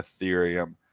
ethereum